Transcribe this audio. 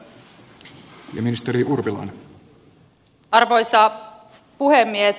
arvoisa puhemies